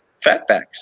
Fatbacks